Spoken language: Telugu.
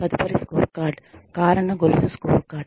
తదుపరి స్కోర్కార్డ్ కారణ గొలుసు స్కోర్కార్డ్